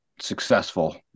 Successful